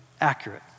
accurate